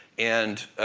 and,